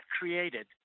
created